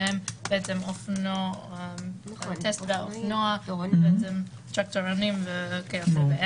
- שהן טסט, אופנוע, טרקטרונים וכיוצ"ב.